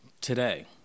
Today